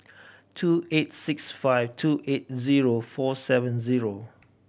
two eight six five two eight zero four seven zero